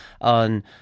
on